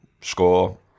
score